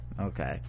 okay